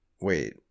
wait